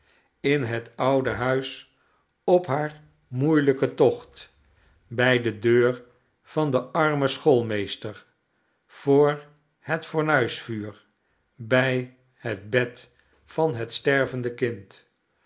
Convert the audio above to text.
in het oude huis op haar moeielijken tocht bij de deur van den armen schoolmeester voor het fornuisvuur bij het bed van het stervende kind